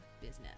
business